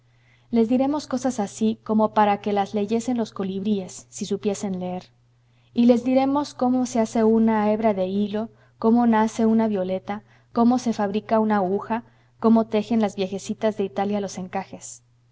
les diremos cosas así como para que las leyesen los colibríes si supiesen leer y les diremos cómo se hace una hebra de hilo cómo nace una violeta cómo se fabrica una aguja cómo tejen las viejecitas de italia los encajes